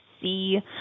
see